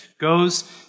Goes